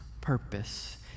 purpose